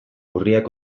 urriak